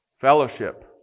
Fellowship